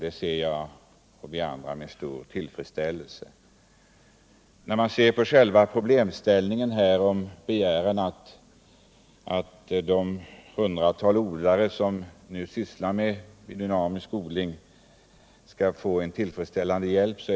Det hälsar jag och vi andra med stor tillfredsställelse. Det är naturligtvis en rimlig begäran att de hundratals jordbrukare som nu sysslar med biodynamisk odling skall få en tillfredsställande hjälp.